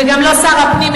וגם לא את שר הפנים,